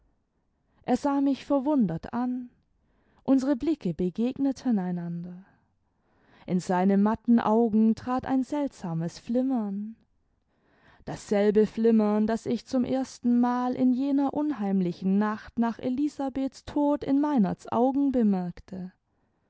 er sah mich verwundert an unsere blicke begegneten einander in seine matten augen trat ein seltsames flimmern dasselbe flimmern das ich zum erstenmal in jener imheimlichen nacht nach elisabeths tod in meinerts augen bemerkte